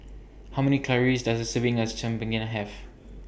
How Many Calories Does A Serving as Chigenabe Have